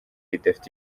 idafite